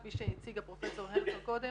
כפי שהציגה פרופ' הרצוג קודם,